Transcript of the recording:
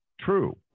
true